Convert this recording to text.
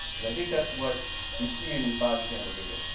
and i think that's what we see in these body camera videos.